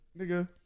nigga